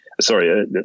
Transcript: sorry